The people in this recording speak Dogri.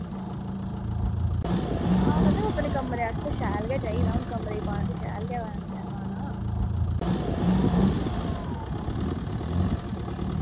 हां मतलब अपने कमरे आस्तै शैल गै चाहिदा हू'न कमरे पाना ते शैल गै पाना